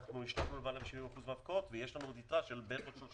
השלמנו למעלה מ-70% מן ההפקעות ויש לנו עוד יתרה של כ-30%,